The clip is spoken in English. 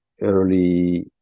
early